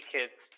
Kids